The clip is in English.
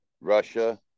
Russia